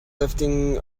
lifting